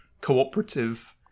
cooperative